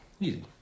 Easy